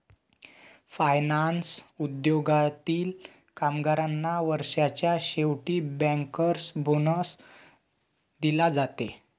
finance उद्योगातील कामगारांना वर्षाच्या शेवटी बँकर्स बोनस दिला जाते